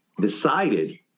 decided